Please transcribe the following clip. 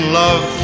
love